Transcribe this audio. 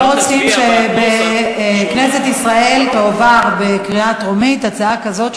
הם לא רוצים שבכנסת ישראל תועבר בקריאה טרומית הצעה כזאת,